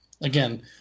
Again